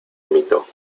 amito